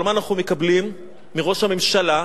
אבל מה אנחנו מקבלים מראש הממשלה?